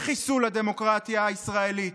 בחיסול הדמוקרטיה הישראלית.